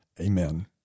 Amen